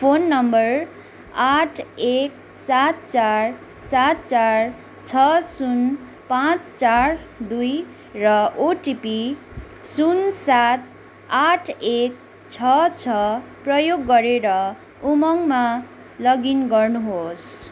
phone number आठ एक सात चार सात चार छ शून्य पाँच चार दुई र ओटिपी शून्य सात आठ एक छ छ प्रयोग गरेर उमङमा लगइन गर्नुहोस्